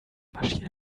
maschine